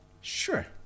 Sure